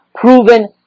proven